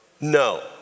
No